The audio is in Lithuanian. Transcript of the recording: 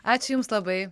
ačiū jums labai